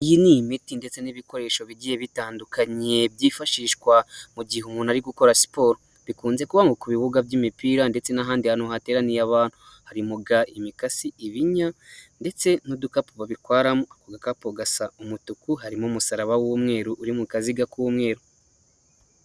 Iyi ni imiti ndetse n'ibikoresho bigiye bitandukanye byifashishwa mu gihe umuntu ari gukora siporo, bikunze kuba ku bibuga by'imipira ndetse n'ahandi hantu hateraniye harimo: ga, imikasi, ibinya ndetse n'udukapu babitwaramo, agakapu gasa umutuku, harimo umusaraba w'umweru uri mu kaziga k'umweru.